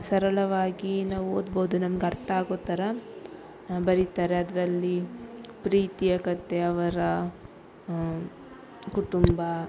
ಸರಳವಾಗಿ ನಾವು ಓದ್ಬೋದು ನಮ್ಗೆ ಅರ್ಥ ಆಗೋ ಥರ ಬರೀತಾರೆ ಅದರಲ್ಲಿ ಪ್ರೀತಿಯ ಕಥೆ ಅವರ ಕುಟುಂಬ